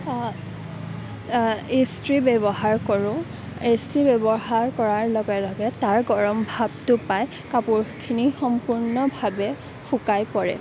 ইষ্ট্ৰি ব্যৱহাৰ কৰোঁ ইষ্ট্ৰি ব্যৱহাৰ কৰাৰ লগে লগে তাৰ গৰম ভাৱটো পাই কাপোৰখিনি সম্পূৰ্ণভাৱে শুকাই পৰে